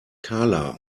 karla